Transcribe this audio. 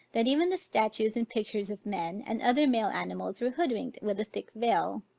that even the statutes and pictures of men and other male animals were hood-winked with a thick veil.